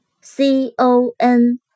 C-O-N